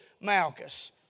Malchus